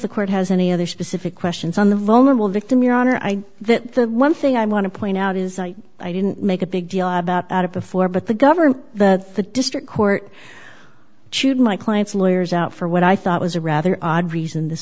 the court has any other specific questions on the vulnerable victim your honor i the one thing i want to point out is i didn't make a big deal about it before but the government the district court chewed my client's lawyers out for what i thought was a rather odd reason this